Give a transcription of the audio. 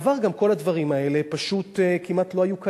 בעבר כל הדברים האלה פשוט כמעט לא היו קיימים,